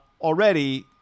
already –